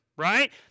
Right